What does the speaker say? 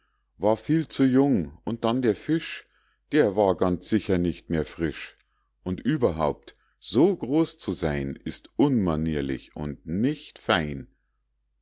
war viel zu jung und dann der fisch der war ganz sicher nicht mehr frisch und überhaupt so groß zu sein ist unmanierlich und nicht fein